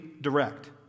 direct